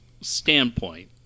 standpoint